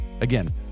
Again